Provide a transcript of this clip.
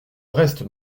reste